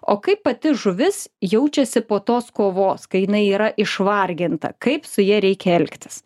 o kaip pati žuvis jaučiasi po tos kovos kai jinai yra išvarginta kaip su ja reikia elgtis